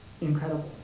incredible